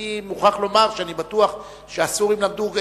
אני מוכרח לומר שאני בטוח שהסורים למדו,